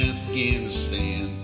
Afghanistan